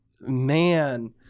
Man